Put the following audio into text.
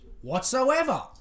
whatsoever